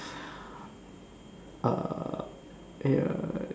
err